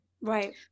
Right